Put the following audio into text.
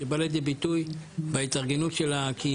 זה בא לידי ביטוי בהתארגנות של הקהילות,